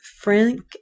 Frank